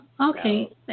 Okay